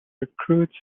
recruits